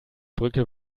brücke